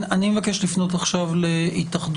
אני מבקש לפנות עכשיו להתאחדות